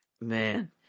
man